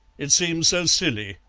it seemed so silly,